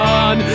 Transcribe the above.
on